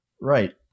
Right